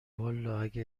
والا، اگه